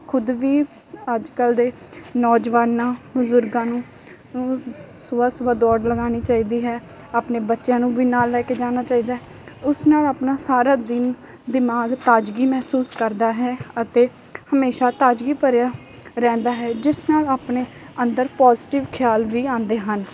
ਖੁਦ ਵੀ ਅੱਜ ਕੱਲ੍ਹ ਦੇ ਨੌਜਵਾਨਾਂ ਬਜ਼ੁਰਗਾਂ ਨੂੰ ਸੁਬਹਾ ਸੁਬਹਾ ਦੌੜ ਲਗਾਉਣੀ ਚਾਹੀਦੀ ਹੈ ਆਪਣੇ ਬੱਚਿਆਂ ਨੂੰ ਵੀ ਨਾਲ ਲੈ ਕੇ ਜਾਣਾ ਚਾਹੀਦਾ ਉਸ ਨਾਲ ਆਪਣਾ ਸਾਰਾ ਦਿਨ ਦਿਮਾਗ ਤਾਜ਼ਗੀ ਮਹਿਸੂਸ ਕਰਦਾ ਹੈ ਅਤੇ ਹਮੇਸ਼ਾ ਤਾਜ਼ਗੀ ਭਰਿਆ ਰਹਿੰਦਾ ਹੈ ਜਿਸ ਨਾਲ ਆਪਣੇ ਅੰਦਰ ਪੋਜੀਟਿਵ ਖਿਆਲ ਵੀ ਆਉਂਦੇ ਹਨ